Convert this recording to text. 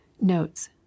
notes